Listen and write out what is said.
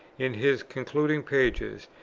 in his concluding pages,